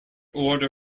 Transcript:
order